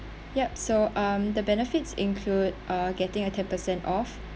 yup so um the benefits include uh getting a ten percent off